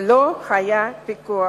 ולא היה פיקוח.